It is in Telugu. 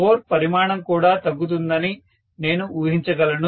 కోర్ పరిమాణం కూడా తగ్గుతుందని నేను ఊహించగలను